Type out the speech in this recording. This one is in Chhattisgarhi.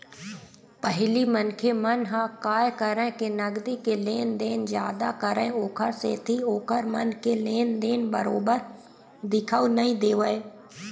पहिली मनखे मन ह काय करय के नगदी के लेन देन जादा करय ओखर सेती ओखर मन के लेन देन बरोबर दिखउ नइ देवय